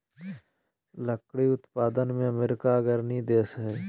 लकड़ी उत्पादन में अमेरिका अग्रणी देश हइ